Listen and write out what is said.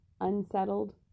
unsettled